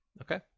Okay